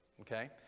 Okay